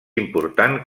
important